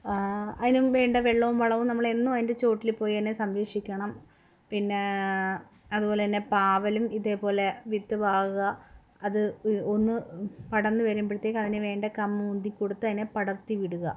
അതിനും വേണ്ട വെള്ളവും വളവും നമ്മളെന്നും അതിൻ്റെ ചുവട്ടിൽ പോയി അതിനെ സംരക്ഷിക്കണം പിന്നെ അതുപോലെത്തന്നെ പാവലും ഇതേപോലെ വിത്ത് പാവുക അത് ഒന്ന് പടർന്ന് വരുമ്പഴത്തേക്ക് അതിന് വേണ്ട കമ്പ് ഉന്തിക്കൊടുത്ത് അതിനെ പടർത്തി വിടുക